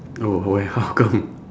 oh why how come